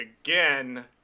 again